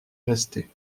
rester